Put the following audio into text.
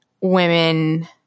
women